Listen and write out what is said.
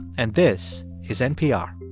and this is npr